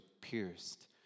pierced